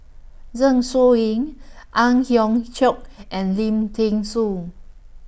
Zeng Shouyin Ang Hiong Chiok and Lim Thean Soo